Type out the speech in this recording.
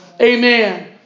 Amen